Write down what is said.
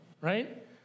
Right